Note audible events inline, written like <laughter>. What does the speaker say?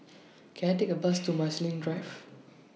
<noise> Can I Take A Bus to Marsiling Drive